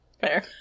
Fair